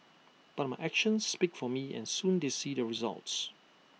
but my actions speak for me and soon they see the results